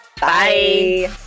Bye